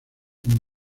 con